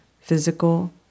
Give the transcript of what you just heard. physical